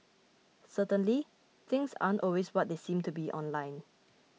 certainly things aren't always what they seem to be online